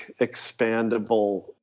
expandable